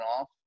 off